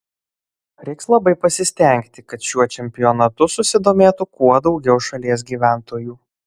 reiks labai pasistengti kad šiuo čempionatu susidomėtų kuo daugiau šalies gyventojų